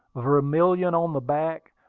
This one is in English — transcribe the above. vermilion on the back,